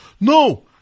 No